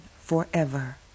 forever